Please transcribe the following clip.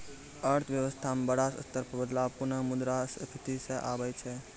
अर्थव्यवस्था म बड़ा स्तर पर बदलाव पुनः मुद्रा स्फीती स आबै छै